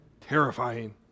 terrifying